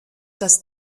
das